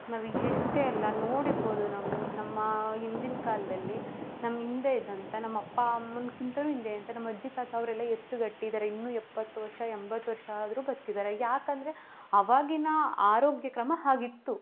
ನಾವೀಗ ಇಷ್ಟೇ ಅಲ್ಲ ನೋಡಿರ್ಬೋದು ನಾವು ನಮ್ಮ ಹಿಂದಿನ ಕಾಲದಲ್ಲಿ ನಮ್ಮ ಹಿಂದೇ ಇದ್ದಂಥ ನಮ್ಮ ಅಪ್ಪ ಅಮ್ಮನಕಿಂತನು ಹಿಂದೆ ಅಂತ ನಮ್ಮ ಅಜ್ಜಿ ತಾತ ಅವರೆಲ್ಲಾ ಎಷ್ಟು ಗಟ್ಟಿ ಇದ್ದಾರೆ ಇನ್ನು ಎಪ್ಪತ್ತು ವರ್ಷ ಎಂಬತ್ತು ವರ್ಷ ಆದರು ಬದುಕಿದಾರೆ ಯಾಕಂದರೆ ಅವಾಗಿನ ಆರೋಗ್ಯ ಕ್ರಮ ಹಾಗಿತ್ತು